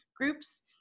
groups